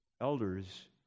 Elders